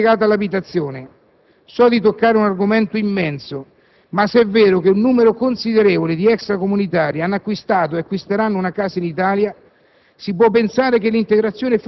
secondo elemento è certamente legato all'abitazione. So di toccare un argomento immenso, ma se è vero che un numero considerevole di extracomunitari ha acquistato e acquisterà una casa in Italia,